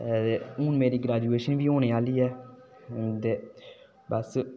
हुन मेरी ग्रैजुऐशनल बी होने आह्ली ऐ हुन ते बस